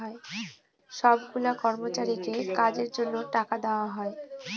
সব গুলা কর্মচারীকে কাজের জন্য টাকা দেওয়া হয়